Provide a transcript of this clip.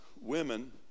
women